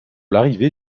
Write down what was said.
l’arrivée